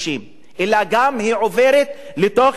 אלא היא עוברת גם לתוך ישראל.